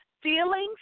Feelings